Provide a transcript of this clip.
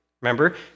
Remember